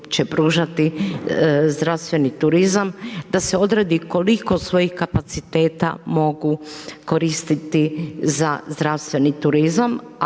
pružati zdravstveni turizam, da se odredi koliko svojih kapaciteta mogu koristiti za zdravstveni turizam